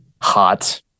Hot